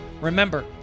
Remember